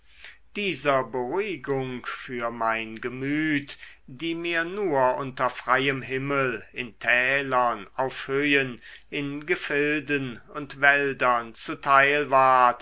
dieser beruhigung für mein gemüt die mir nur unter freiem himmel in tälern auf höhen in gefilden und wäldern zuteil ward